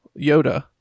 Yoda